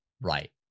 right